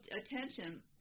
attention